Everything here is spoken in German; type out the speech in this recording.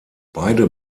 beide